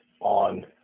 on